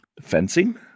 Fencing